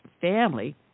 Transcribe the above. family